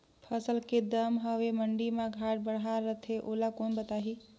फसल के दम हवे मंडी मा घाट बढ़ा रथे ओला कोन बताही?